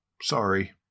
Sorry